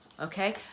Okay